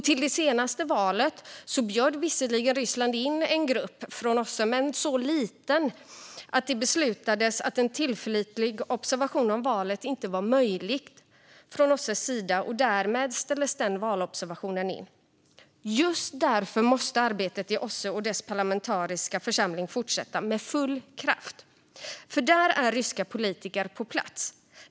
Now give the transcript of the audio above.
Till det senaste valet bjöd visserligen Ryssland in en grupp från OSSE, men den var så liten att det beslutades att en tillförlitlig observation av valet inte var möjlig från OSSE:s sida. Därmed ställdes den valobservationen in. Just därför måste arbetet i OSSE och dess parlamentariska församling fortsätta med full kraft, för där är ryska politiker på plats.